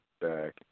back